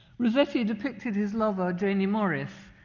rossetti depicted his lover, janie morris,